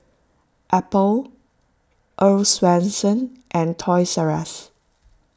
Apple Earl's Swensens and Toys Rus